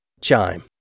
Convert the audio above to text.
Chime